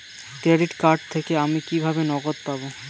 Credit card থেকে আমি কিভাবে নগদ পাব?